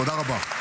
תודה רבה.